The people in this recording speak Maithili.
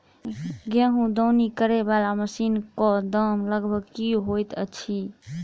गेंहूँ दौनी करै वला मशीन कऽ दाम लगभग की होइत अछि?